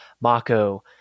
mako